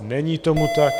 Není tomu tak.